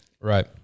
Right